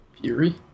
Fury